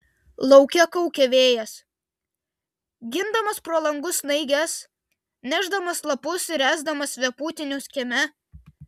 lauke kaukė vėjas gindamas pro langus snaiges nešdamas lapus ir ręsdamas vėpūtinius kieme